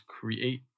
create